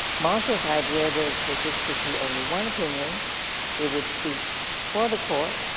marshall's idea was that there should be only one opinion it would speak for the court.